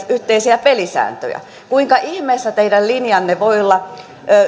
yhteisiä pelisääntöjä kuinka ihmeessä teidän linjanne voi olla